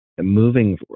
Moving